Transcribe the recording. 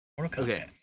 Okay